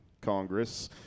congress